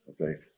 okay